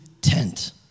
tent